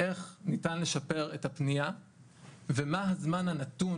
איך ניתן לשפר את הפניה ומה הזמן הנתון